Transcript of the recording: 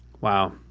Wow